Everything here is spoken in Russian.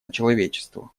человечеству